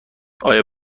آیا